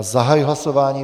Zahajuji hlasování.